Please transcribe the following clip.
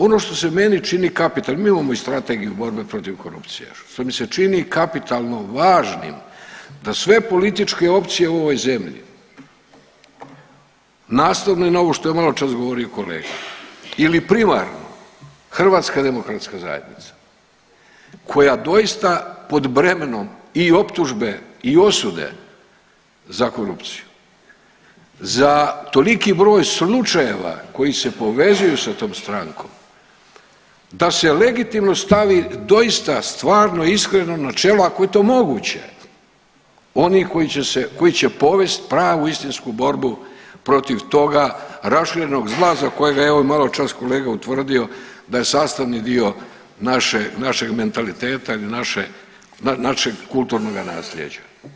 Ono što se meni čini kapitalno, mi imamo i Strategiju borbe protiv korupcije što mi se čini kapitalno važnim da sve političke opcije u ovoj zemlji nastavno na ovo što je maločas govorio kolega ili primarno HDZ koja doista pod bremenom i optužbe i osude za korupciju za toliki broj slučajeva koji se povezuju sa tom strankom da se legitimno stavi doista stvarno iskreno načelo ako je to moguće oni koji će povest pravu istinsku borbu protiv toga raširenog zla za kojega evo i maločas utvrdio da je sastavni dio našeg mentaliteta ili našeg kulturnoga nasljeđa.